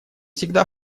всегда